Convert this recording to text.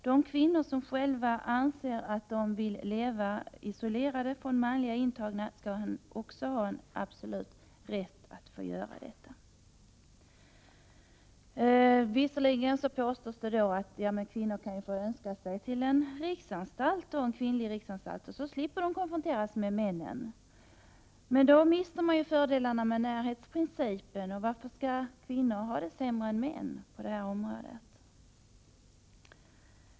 De kvinnor som själva anser att de vill leva isolerade från manliga intagna skall också ha absolut rätt att få göra detta. Visserligen påstås det att kvinnor kan få önska sig till en kvinnlig riksanstalt och på så sätt slippa att konfronteras med männen. Men då mister de fördelarna med närhetsprincipen. Varför skall kvinnor ha det sämre än män på det här området?